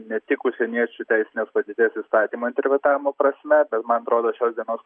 ne tik užsieniečių teisinės padėties įstatymo interpretavimo prasme bet man atrodo šios dienos